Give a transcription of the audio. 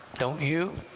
don't you?